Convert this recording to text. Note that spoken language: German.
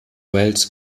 welles